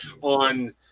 on